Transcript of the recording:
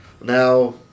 now